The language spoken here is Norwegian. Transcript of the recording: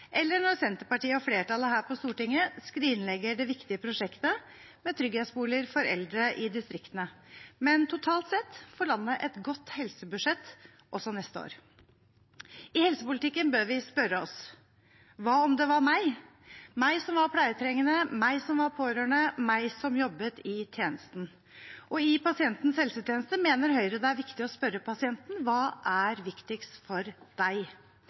eller når Senterpartiet og flertallet her på Stortinget skrinlegger det viktige prosjektet med trygghetsboliger for eldre i distriktene. Men det er totalt sett for landet et godt helsebudsjett også neste år. I helsepolitikken bør vi spørre oss: Hva om det var meg – meg som var pleietrengende, meg som var pårørende, meg som jobbet i tjenesten? I pasientens helsetjeneste mener Høyre det er viktig å spørre pasienten: Hva er viktigst for deg?